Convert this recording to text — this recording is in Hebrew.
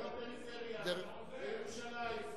זה לא פריפריה, זה ירושלים.